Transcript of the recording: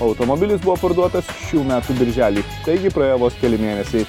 automobilis buvo parduotas šių metų birželį taigi praėjo vos keli mėnesiai